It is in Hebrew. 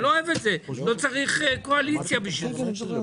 אני לא אוהב את זה, לא צריך קואליציה בשביל זה.